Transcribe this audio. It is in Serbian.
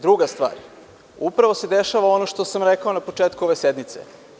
Druga stvar, upravo se dešava ono što sam rekao na početku ove sednice.